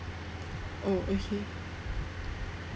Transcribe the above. oh okay